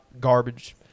garbage